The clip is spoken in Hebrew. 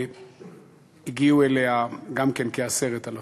הגיעו אליה גם כן כ-10,000.